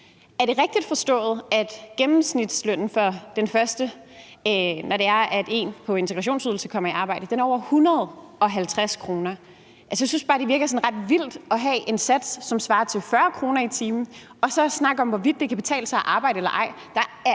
er det rigtigt forstået, at gennemsnitslønnen for den første, når det er, at en på integrationsydelse kommer i arbejde, er over 150 kr.? Altså, jeg synes bare, det virker sådan ret vildt at have en sats, som svarer til 40 kr. i timen, og så snakke om, hvorvidt det kan betale sig at arbejde eller ej.